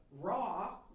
raw